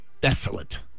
desolate